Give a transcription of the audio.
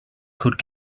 could